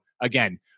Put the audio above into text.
again